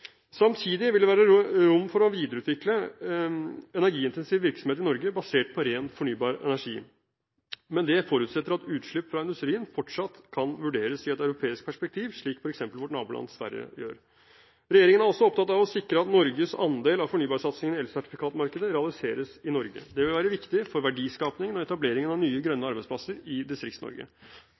Samtidig vil det være rom for å videreutvikle energiintensiv virksomhet i Norge basert på ren fornybar energi, men det forutsetter at utslipp fra industrien fortsatt kan vurderes i et europeisk perspektiv, slik f.eks. vårt naboland Sverige gjør. Regjeringen er også opptatt av å sikre at Norges andel av fornybarsatsingen i elsertifikatmarkedet realiseres i Norge. Det vil være viktig for verdiskapingen og etableringen av nye grønne arbeidsplasser i